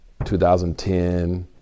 2010